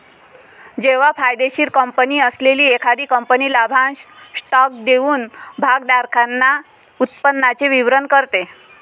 जेव्हा फायदेशीर कंपनी असलेली एखादी कंपनी लाभांश स्टॉक देऊन भागधारकांना उत्पन्नाचे वितरण करते